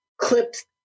clipped